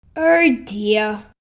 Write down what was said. oh dear